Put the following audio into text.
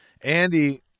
Andy